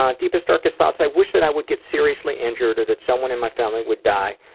um deepest, darkest thoughts? i wish that i would get seriously injured or that someone in my family would die,